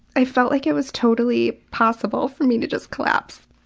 i felt like it was totally possible for me to just collapse.